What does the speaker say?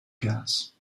gas